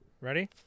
Ready